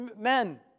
men